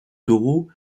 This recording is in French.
taureau